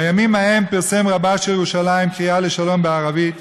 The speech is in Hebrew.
בימים ההם פרסם רבה של ירושלים קריאה לשלום בערבית.